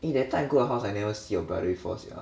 eh that time I go your house I never see your brother before sia